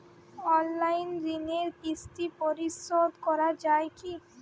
Online ঋণের কিস্তি পরিশোধ করা যায় কি?